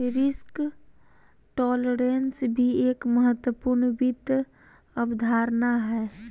risk tolerance भी एक महत्वपूर्ण वित्त अवधारणा हय